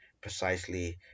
precisely